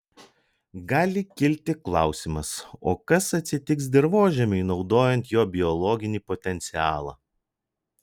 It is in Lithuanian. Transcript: gali kilti klausimas o kas atsitiks dirvožemiui naudojant jo biologinį potencialą